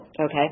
okay